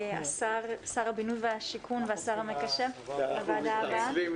שר הבינוי השיכון והשר המקשר --- אנחנו מתנצלים,